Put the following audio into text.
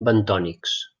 bentònics